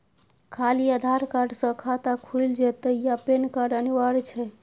खाली आधार कार्ड स खाता खुईल जेतै या पेन कार्ड अनिवार्य छै?